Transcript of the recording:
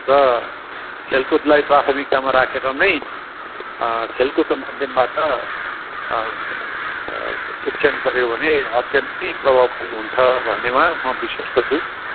र खेलकुदलाई प्राथमिकतामा राखेर नै खेलकुदको माध्यमबाट शिक्षण गर्यो भने अत्यन्तै प्रभावकारी हुन्छ भन्नेमा म विश्वस्त छु